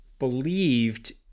believed